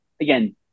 again